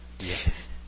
Yes